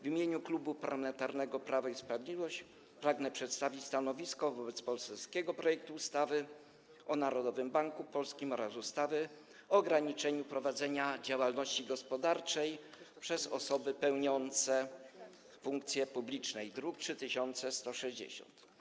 W imieniu Klubu Parlamentarnego Prawo i Sprawiedliwość pragnę przedstawić stanowisko wobec poselskiego projektu ustawy o zmianie ustawy o Narodowym Banku Polskim oraz ustawy o ograniczeniu prowadzenia działalności gospodarczej przez osoby pełniące funkcje publiczne, druk nr 3160.